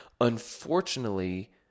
Unfortunately